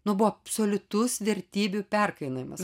nu buvo absoliutus vertybių perkainojimas